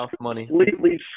completely